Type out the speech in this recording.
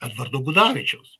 edvardo gudavičiaus